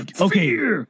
Okay